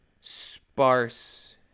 sparse